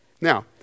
Now